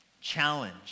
challenge